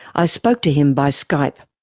i spoke to him by skype.